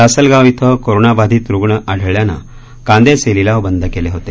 लासलगाव इथं कोरोनाबाधित रुग्ण आढळल्यानं कांद्याचे लिलाव बंद केले होते